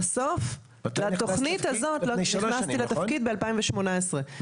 נכנסתי לתפקיד ב-2018,